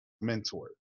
mentor